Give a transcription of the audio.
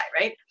Right